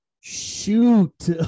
shoot